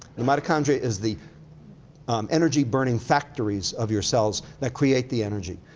the mitochondria is the um energy burning factories of your cells that create the energy.